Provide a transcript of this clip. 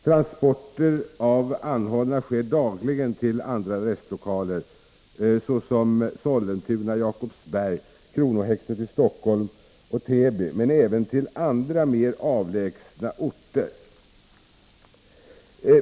Transporter av anhållna sker dagligen till närbelägna arrestlokaler, såsom arrestlokalerna i Sollentuna, Jakobsberg och Täby och Kronohäktet i Stockholm, men även till andra, mer avlägsna orter.